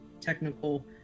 technical